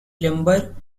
lumber